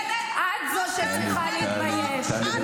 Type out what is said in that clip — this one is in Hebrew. את לא מתביישת?